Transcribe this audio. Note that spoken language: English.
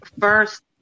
first